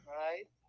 right